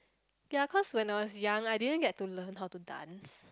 ya cause when I was young I didn't get to learn how to dance